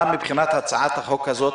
מבחינת הצעת החוק הזאת,